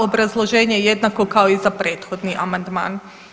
Obrazloženje je jednako kao i za prethodni amandman.